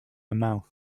mouth